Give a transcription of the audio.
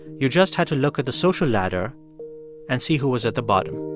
you just had to look at the social ladder and see who was at the bottom.